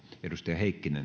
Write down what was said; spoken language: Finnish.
arvoisa